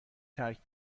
ترک